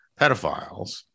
pedophiles